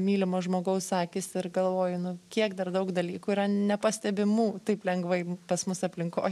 mylimo žmogaus akys ir galvoju nu kiek dar daug dalykų yra nepastebimų taip lengvai pas mus aplinkoj